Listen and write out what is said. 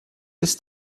ist